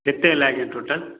କେତେ ହେଲା କି ଟୋଟାଲ୍